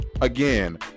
again